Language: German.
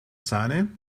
sahne